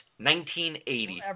1980